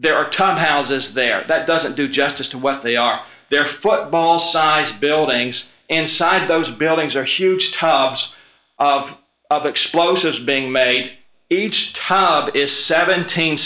there are tons houses there that doesn't do justice to what they are there football sized buildings inside those buildings are huge tubs of explosives being made each tub is seventeen